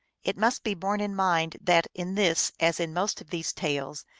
it must be borne in mind that in this, as in most of these tales,